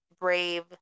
brave